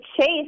chase